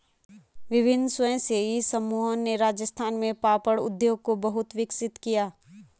विभिन्न स्वयंसेवी समूहों ने राजस्थान में पापड़ उद्योग को बहुत विकसित किया